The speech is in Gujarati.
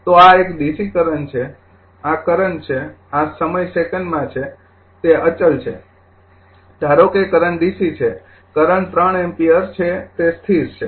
તો આ એક ડીસી કરંટ છે આ કરંટ છે આ સમય સેકંડમાં છે તે અચલ છે ધારો કે કરંટ ડીસી છે કરંટ ૩ A છે તે સ્થિર છે